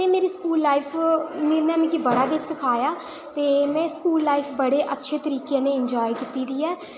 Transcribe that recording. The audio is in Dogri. एह् मेरी स्कूल लाईफ इ'न्न मिगी बड़ा गै सखाया ते में स्कूल लाईफ बड़े अच्छे तरीके ने इंजॉय कीती दी ऐ